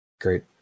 great